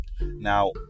now